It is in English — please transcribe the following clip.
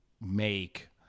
make